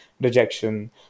rejection